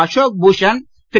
Ashok Bhushan Thiru